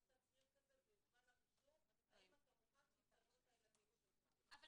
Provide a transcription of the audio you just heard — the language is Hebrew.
יש תצהיר כזה בזמן הרישום האם אתה מוכן שיצלמו את הילדים שלך.